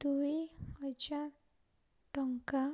ଦୁଇ ହଜାର ଟଙ୍କା